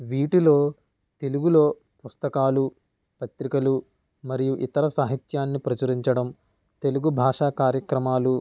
వీటిలో తెలుగులో పుస్తకాలు పత్రికలు మరియు ఇతర సాహిత్యాన్ని ప్రచురించడం తెలుగు భాషా కార్యక్రమాలు